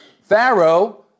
Pharaoh